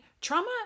trauma